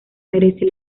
merece